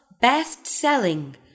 best-selling